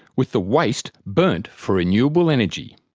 with the waste burnt for renewable energy,